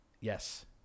Yes